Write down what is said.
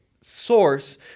source